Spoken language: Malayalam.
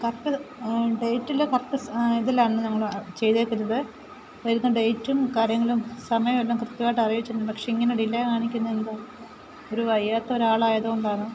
കർറ്റ് ഡേറ്റിൻ്റെ കർറ്റ് ഇതിലാണ് ഞങ്ങൾ ചെയ്തേക്കുന്നത് വരുന്ന ഡേറ്റും കാര്യങ്ങളും സമയവും എല്ലാം കൃത്യമായിട്ട് അറിയിച്ചിരുന്നു പക്ഷെ ഇങ്ങനെ ഡിലെ കാണിക്കുന്നത് എന്താണ് ഒരരു വയ്യാത്ത ഒരാൾ ആയത് കൊണ്ടാണ്